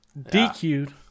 dq'd